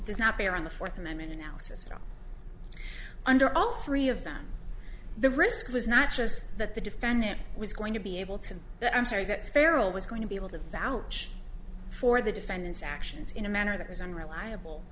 does not bear on the fourth amendment analysis under all three of them the risk was not just that the defendant was going to be able to but i'm sorry that farrel was going to be able to vouch for the defendant's actions in a manner that was unreliable